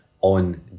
on